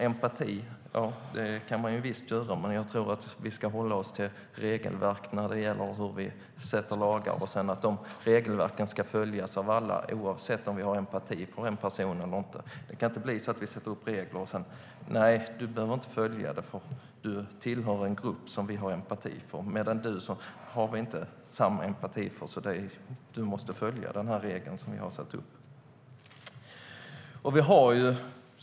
Visst kan man prata om empati, men jag tror att vi ska hålla oss till regelverk när det gäller hur vi fastställer lagar. Regelverken ska följas av alla, oavsett om vi har empati för en person eller inte. Det kan inte vara så att vi sätter upp regler och sedan säger: Nej, du behöver inte följa dem, för du tillhör en grupp som vi har empati för. Men dig har vi inte samma empati för, så du måste följa den regel vi har satt upp.